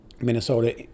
Minnesota